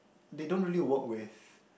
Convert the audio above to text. they don't really work with